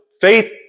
faith